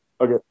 Okay